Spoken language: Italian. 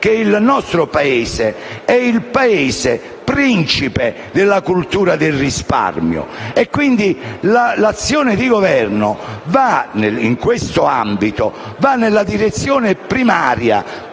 che il nostro Paese è il Paese principe della cultura del risparmio e quindi l'azione di Governo va, in questo ambito, nella direzione primaria,